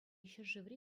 ҫӗршыври